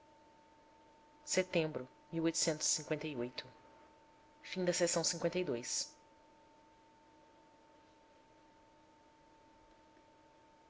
flauta e o canto do